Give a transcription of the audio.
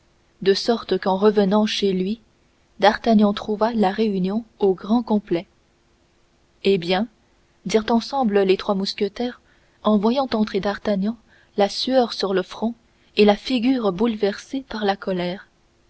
de sorte qu'en revenant chez lui d'artagnan trouva la réunion au grand complet eh bien dirent ensemble les trois mousquetaires en voyant entrer d'artagnan la sueur sur le front et la figure bouleversée par la colère